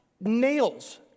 Nails